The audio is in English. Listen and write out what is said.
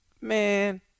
Man